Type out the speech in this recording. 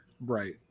Right